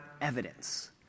evidence